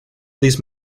these